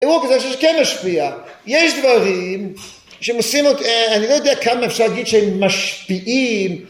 כן משפיע יש דברים שמשימות... אני לא יודע כמה אפשר להגיד שהם משפיעים...